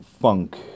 funk